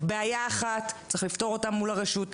וזו בעיה אחת שצריך לפתור אותה מול הרשות,